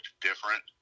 different